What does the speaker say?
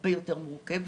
הרבה יותר מורכבת.